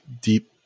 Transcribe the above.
deep